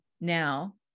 now